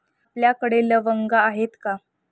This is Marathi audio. आपल्याकडे लवंगा आहेत का?